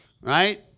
Right